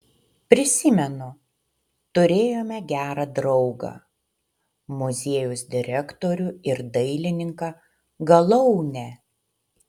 prisimenu turėjome gerą draugą muziejaus direktorių ir dailininką galaunę